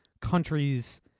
countries